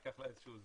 ייקח לה זמן,